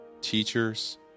teachers